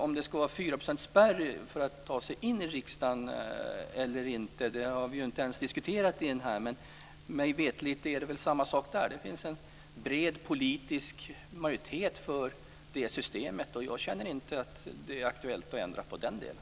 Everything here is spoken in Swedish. Om det ska vara 4-procentsspärr för att ta sig in i riksdagen eller inte har vi inte ens diskuterat. Men mig veterligt är det väl samma sak där. Det finns en bred politisk majoritet för det systemet. Jag känner inte att det är aktuellt att ändra på den delen.